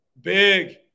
Big